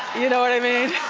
you know what i mean?